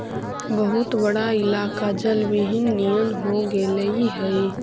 बहुत बड़ा इलाका जलविहीन नियन हो गेले हई